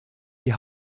die